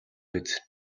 биз